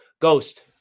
ghost